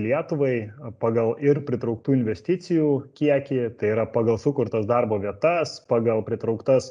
lietuvai pagal ir pritrauktų investicijų kiekį tai yra pagal sukurtas darbo vietas pagal pritrauktas